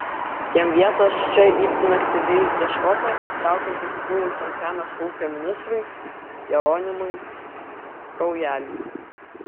jam vietos čia itin aktyviai ieškota traukiantis buvusiam žemės ūkio ministrui jeronimui kraujeliui